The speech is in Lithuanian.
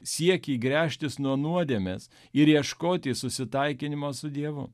siekį gręžtis nuo nuodėmės ir ieškoti susitaikinimo su dievu